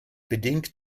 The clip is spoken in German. bedingt